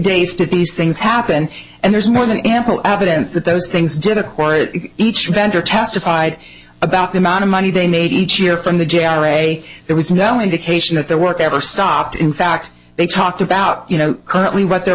days to these things happen and there's more than ample evidence that those things did acquire each vendor testified about the amount of money they made each year from the j r a there was no indication that their work ever stopped in fact they talked about you know currently what their